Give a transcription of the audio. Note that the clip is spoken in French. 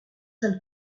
sale